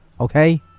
Okay